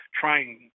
trying